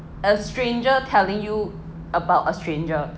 a stranger telling you about a stranger